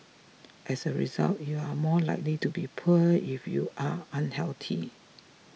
as a result you are more likely to be poor if you are unhealthy